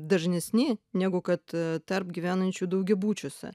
dažnesni negu kad tarp gyvenančių daugiabučiuose